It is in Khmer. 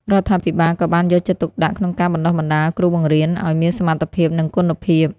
រដ្ឋាភិបាលក៏បានយកចិត្តទុកដាក់ក្នុងការបណ្ដុះបណ្ដាល គ្រូបង្រៀន ឱ្យមានសមត្ថភាព និងគុណភាព។